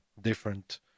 different